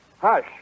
Hush